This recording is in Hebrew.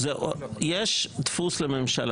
יש דפוס לממשלה